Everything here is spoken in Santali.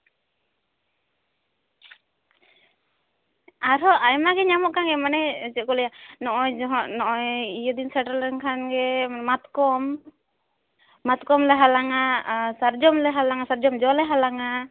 ᱟᱨᱦᱚᱸ ᱟᱭᱢᱟ ᱜᱮ ᱧᱟᱢᱚᱜ ᱠᱟᱱ ᱜᱮᱭᱟ ᱢᱟᱱᱮ ᱪᱮᱫ ᱠᱚ ᱞᱟᱹᱭᱟ ᱱᱚᱜᱼᱚᱭ ᱡᱟᱦᱟᱸ ᱤᱭᱟᱹ ᱫᱤᱱ ᱥᱮᱴᱮᱨ ᱞᱮᱱᱠᱷᱟᱱ ᱜᱮ ᱢᱟᱛᱠᱚᱢ ᱢᱟᱛᱠᱚᱢ ᱞᱮ ᱦᱟᱞᱟᱝᱼᱟ ᱟᱨ ᱥᱟᱨᱡᱚᱢ ᱞᱮ ᱦᱟᱞᱟᱝᱟ ᱥᱟᱨᱡᱚᱢ ᱡᱚ ᱞᱮ ᱦᱟᱞᱟᱝᱟ